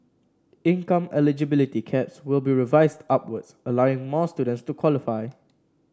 income eligibility caps will be revised upwards allowing more students to qualify